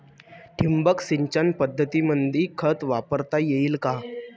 ठिबक सिंचन पद्धतीमंदी खत वापरता येईन का?